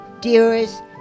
dearest